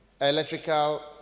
electrical